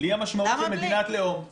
בלי המשמעות של מדינת לאום --- למה בלי?